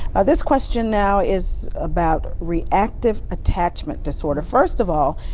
this question now is about reactive attachment disorder. first of all,